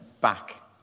back